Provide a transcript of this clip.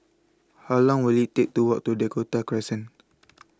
How Long Will IT Take to Walk to Dakota Crescent